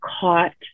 caught